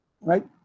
Right